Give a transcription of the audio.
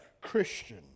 Christian